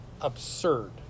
absurd